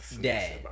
Dad